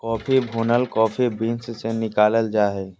coffee भुनल coffee beans से निकालल जा हइ